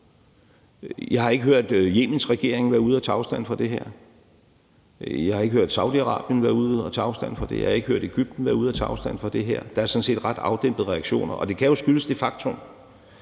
Jeg har ikke hørt Yemens regering være ude og tage afstand fra det her. Jeg har ikke hørt Saudi-Arabien være ude og tage afstand fra det. Jeg har ikke hørt Egypten være ude og tage afstand fra det her. Der er sådan set ret afdæmpede reaktioner. Og det kan jo skyldes det faktum,